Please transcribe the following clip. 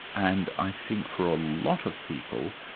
and i think for a lot of people,